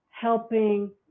helping